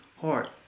heart